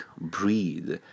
breathe